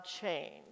change